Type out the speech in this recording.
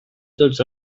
tots